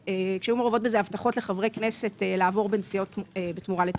בזה הבטחות לחברי כנסת לעבור בין סיעות בתמורה לתפקידים.